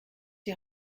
die